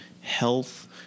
health